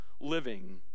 living